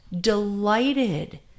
Delighted